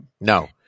No